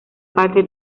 parte